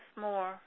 more